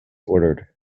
ordered